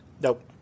Nope